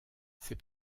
ses